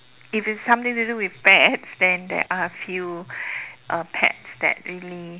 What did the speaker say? if it's something to do with pets then there are a few uh pets that really